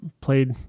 played